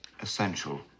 essential